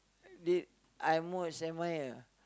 they I'm most admire ah